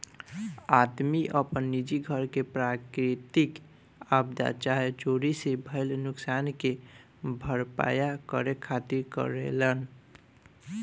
आदमी आपन निजी घर के प्राकृतिक आपदा चाहे चोरी से भईल नुकसान के भरपाया करे खातिर करेलेन